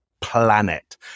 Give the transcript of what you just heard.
planet